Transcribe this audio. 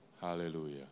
Hallelujah